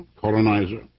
colonizer